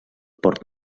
port